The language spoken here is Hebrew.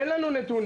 אין לנו נתונים,